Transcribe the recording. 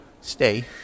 stay